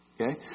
Okay